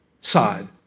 side